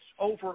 over